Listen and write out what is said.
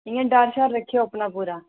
इ'यां डर शर रक्खेओ अपना पूरा